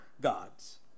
gods